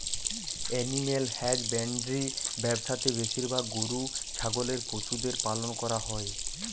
animal husbandry ব্যবসা তে বেশিরভাগ গরু ছাগলের পশুদের পালন করা হই